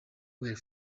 were